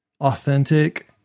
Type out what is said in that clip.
authentic